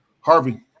Harvey